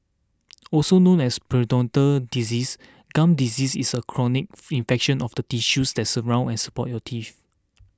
also known as periodontal disease gum disease is a chronic fee infection of the tissues that surround and support your teeth